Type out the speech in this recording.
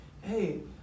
hey